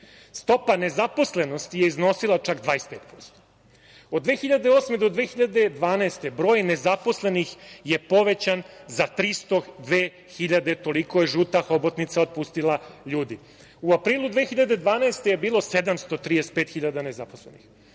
Stopa nezaposlenosti je iznosila čak 25%. Od 2008. do 2012. godine broj nezaposlenih je povećan za 302.000. Toliko je žuta hobotnica otpustila ljudi. U aprilu 2012. godine je bilo 735.000 nezaposlenih.